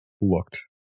looked